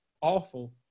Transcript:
Awful